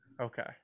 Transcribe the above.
Okay